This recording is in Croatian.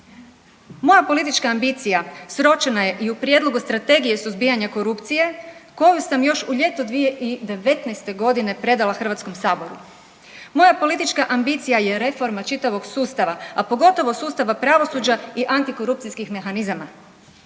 Moja politička ambicija sročena je i u Prijedlogu Strategije suzbijanja korupcije koju sam još u ljeto 2019.g. predala HS-u, moja politička ambicija je reforma čitavog sustava, a pogotovo sustava pravosuđa i antikorupcijskih mehanizama.